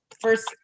First